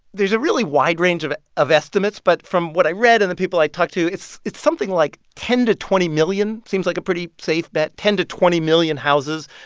there's a really wide range of of estimates, but from what i read and the people i talked to, it's it's something like ten to twenty million seems like a pretty safe bet ten to twenty million houses,